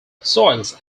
soils